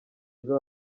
ejo